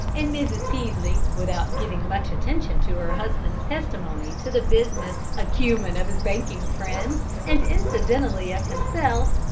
and mrs. peaslee, without giving much attention to her husband's testimony to the business acumen of his banking friends and incidentally of himself,